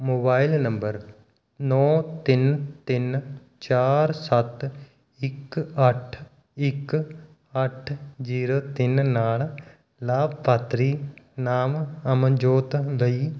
mobile number ਨੌ ਤਿੰਨ ਤਿੰਨ ਚਾਰ ਸੱਤ ਇੱਕ ਅੱਠ ਇੱਕ ਅੱਠ ਜੀਰੋ ਤਿੰਨ ਨਾਲ ਲਾਭਪਾਤਰੀ ਨਾਮ ਅਮਨਜੋਤ ਲਈ